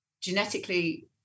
genetically